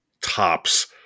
tops